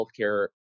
healthcare